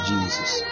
Jesus